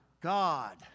God